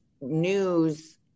news